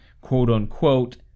quote-unquote